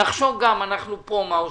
נחשוב גם אנחנו פה מה עושים.